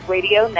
Radio